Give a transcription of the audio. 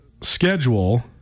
schedule